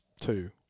two